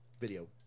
video